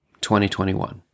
2021